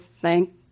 thank